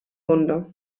wunde